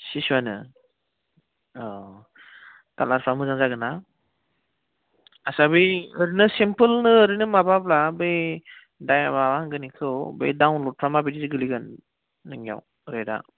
सिसुआनो कालार्सआ मोजां जागोन ना आस्सा बै ओरैनो सिम्पोलनो माबाब्ला बै दा माबा होनगोन इखौ बे डाउनलडफ्रा माबायदि गोलैगोन नोंनियाव रेटआ